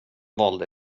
valde